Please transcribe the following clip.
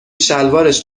شلوارش